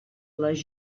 les